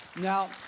Now